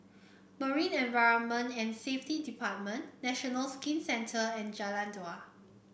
Marine Environment and Safety Department National Skin Centre and Jalan Dua